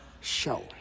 show